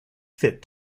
fit